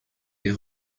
des